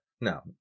No